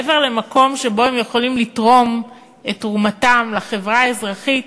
מעבר למקום שבו הם יכולים לתרום את תרומתם לחברה האזרחית,